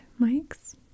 mics